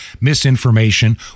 misinformation